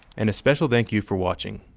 and a special thank you for watching.